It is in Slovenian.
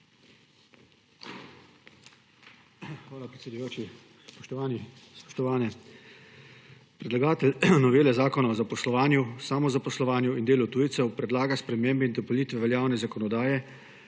Hvala, predsedujoči. Spoštovani in spoštovane! Predlagatelj novele Zakona o zaposlovanju, samozaposlovanju in delu tujcev predlaga spremembe in dopolnitve veljavne zakonodaje,